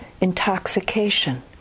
intoxication